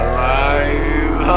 Alive